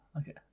Okay